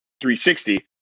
360